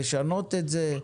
לשנות את זה.